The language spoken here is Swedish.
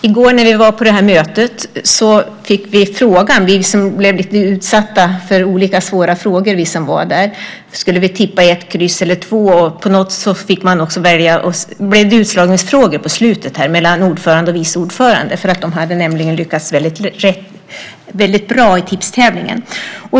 I går var vi på ett möte. Vi som var där blev lite utsatta för olika svåra frågor. Vi skulle tippa 1, X eller 2. Sedan blev det utslagningsfrågor på slutet mellan ordföranden och vice ordföranden. De hade lyckats bra i tipstävlingen.